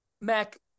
Mac